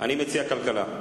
אני מציע כלכלה.